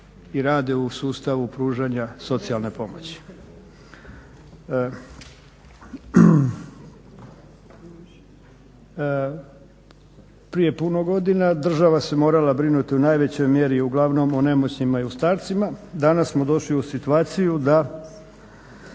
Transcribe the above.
i rade u sustavu pružanja socijalne pomoći. Prije puno godina država se morala brinuti u najvećoj mjeri uglavnom o nemoćnima i o starcima, danas smo došli u situaciju da